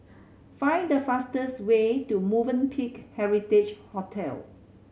find the fastest way to Movenpick Heritage Hotel